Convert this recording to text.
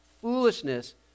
foolishness